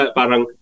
parang